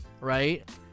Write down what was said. right